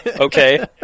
Okay